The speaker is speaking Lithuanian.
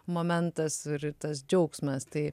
momentas ir tas džiaugsmas tai